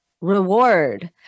reward